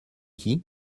qui